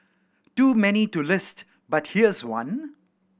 too many too list but here's one